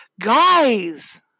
guys